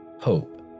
hope